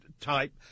type